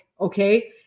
Okay